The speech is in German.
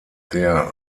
der